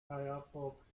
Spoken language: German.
firefox